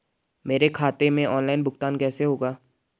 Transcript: मेरे खाते में ऑनलाइन भुगतान कैसे होगा?